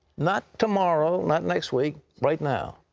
not tomorrow, not next week, right now.